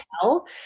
tell